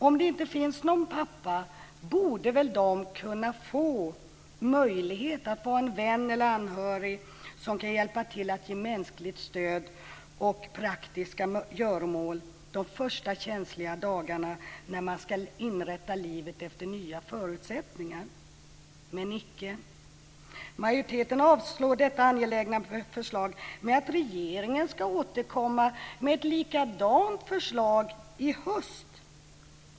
Om det inte finns någon pappa borde de väl kunna få ha en vän eller en nära anhörig hemma som kan hjälpa till med mänskligt stöd och praktiska göromål de första känsliga dagarna när man ska inrätta livet efter nya förutsättningar. Men icke. Majoriteten avstyrker detta angelägna förslag med att regeringen ska återkomma med ett likadant förslag i höst.